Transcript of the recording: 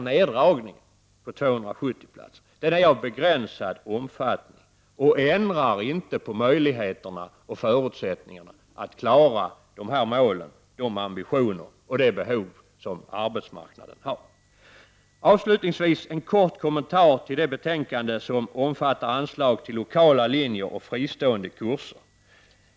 Neddragningen med 270 platser är av begränsad omfattning och ändrar inte möjligheterna och förutsättningarna att klara målen eller de ambitioner och behov som arbetsmarknaden har. Avslutningsvis vill jag göra en kort kommentar till det betänkande som omfattar anslag till lokala linjer och fristående kurser.